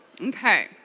Okay